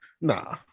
Nah